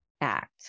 act